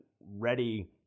ready